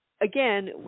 again